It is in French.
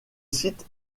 site